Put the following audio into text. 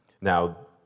Now